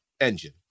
engine